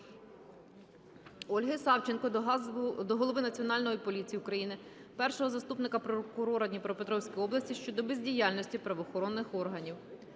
Ольги Савченко до голови Національної поліції України, першого заступника прокурора Дніпропетровської області щодо бездіяльності правоохоронних органів.